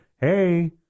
hey